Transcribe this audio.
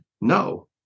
no